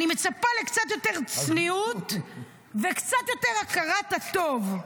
אני מצפה לקצת יותר צניעות וקצת יותר הכרת הטוב,